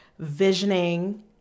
visioning